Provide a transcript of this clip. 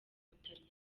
butaliyani